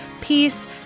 peace